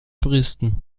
fristen